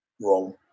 wrong